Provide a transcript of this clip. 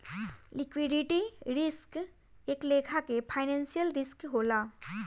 liquidity risk एक लेखा के फाइनेंशियल रिस्क होला